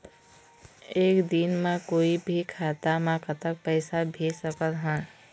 एक दिन म कोई भी खाता मा कतक पैसा भेज सकत हन?